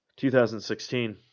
2016